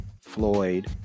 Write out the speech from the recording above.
Floyd